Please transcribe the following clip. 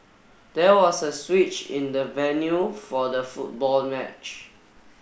there was a switch in the venue for the football match